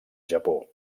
japó